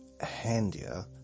handier